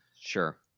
Sure